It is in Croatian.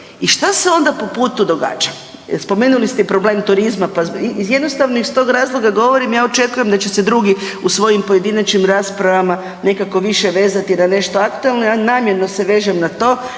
I šta se onda po putu događa? Spomenuli i problem turizma, pa jednostavno iz tog razloga govorim, ja očekujem da će se drugi u svojim pojedinačnim raspravama nekako više vezati na nešto aktualno, ja namjerno se vežem na to,